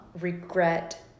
regret